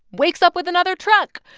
wakes up with another truck.